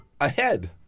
ahead